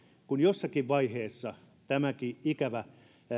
kun jossakin vaiheessa tämäkin ikävä